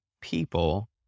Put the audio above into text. people